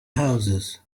houses